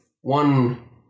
one